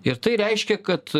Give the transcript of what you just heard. ir tai reiškia kad